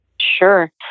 Sure